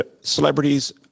Celebrities